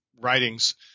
writings